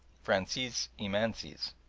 fransiz imansiz.